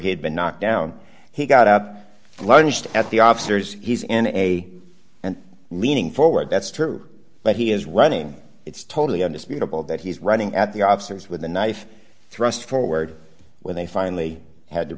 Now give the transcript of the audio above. he had been knocked down he got out lunged at the officers he's in a and leaning forward that's true but he is running it's totally undisputable that he's running at the officers with a knife thrust forward when they finally had to